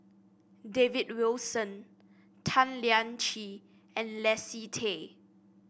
David Wilson Tan Lian Chye and Leslie Tay